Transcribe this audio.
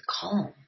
calm